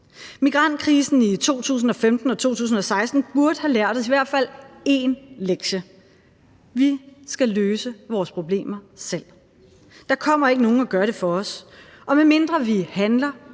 Migrantkrisen i 2015 og 2016 burde have lært os i hvert fald én lektie: Vi skal løse vores problemer selv. Der kommer ikke nogen og gør det for os, og medmindre vi handler